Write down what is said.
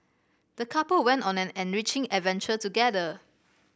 the couple went on an enriching adventure together